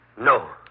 No